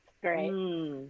great